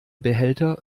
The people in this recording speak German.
behälter